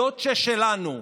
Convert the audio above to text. הדוצ'ה שלנו,